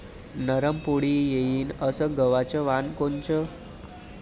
नरम पोळी येईन अस गवाचं वान कोनचं?